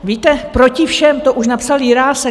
Víte, Proti všem, to už napsal Jirásek.